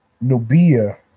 Nubia